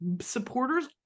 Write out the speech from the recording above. supporters